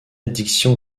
addiction